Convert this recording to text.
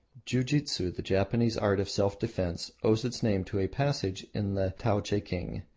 jiu-jitsu, the japanese art of self-defence, owes its name to a passage in the tao-teking.